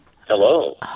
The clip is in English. Hello